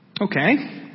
Okay